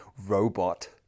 robot